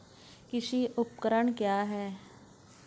कृषि उपकरण क्या है?